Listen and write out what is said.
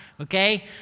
okay